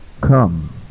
come